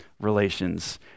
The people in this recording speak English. Relations